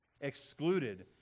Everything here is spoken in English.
excluded